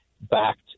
backed